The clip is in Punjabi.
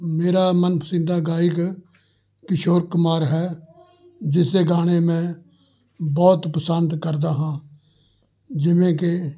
ਮੇਰਾ ਮਨਪਸਿੰਦਾ ਗਾਇਕ ਕਿਸ਼ੋਰ ਕੁਮਾਰ ਹੈ ਜਿਸਦੇ ਗਾਣੇ ਮੈਂ ਬਹੁਤ ਪਸੰਦ ਕਰਦਾ ਹਾਂ ਜਿਵੇਂ ਕਿ